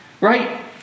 right